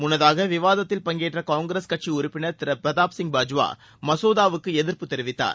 முன்னதாக விவாதத்தில் பங்கேற்ற காங்கிரஸ் கட்சி உறுப்பினர் திரு பிரதாப் சிங் பாஜ்வா மசோதாவுக்கு எதிர்ப்பு தெரிவித்தார்